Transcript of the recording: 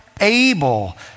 able